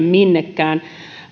minnekään